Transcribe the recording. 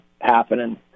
happening